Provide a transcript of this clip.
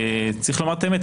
שצריך לומר את האמת,